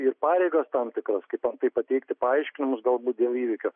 ir pareigas tam tikras kaip antai pateikti paaiškinimus galbūt dėl įvykio